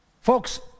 folks